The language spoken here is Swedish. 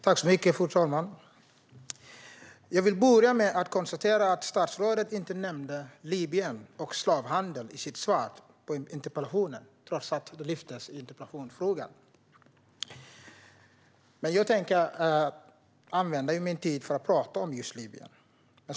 Fru talman! Jag vill börja med att konstatera att statsrådet inte nämnde Libyen och slavhandeln där i sitt svar på interpellationen, trots att den lyftes fram i interpellationen. Men jag tänker använda min talartid till att tala om just Libyen.